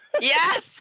Yes